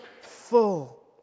full